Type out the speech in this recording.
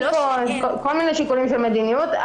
יש כל מיני שיקולים של מדיניות.